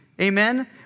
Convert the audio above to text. amen